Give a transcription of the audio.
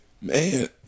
Man